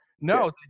no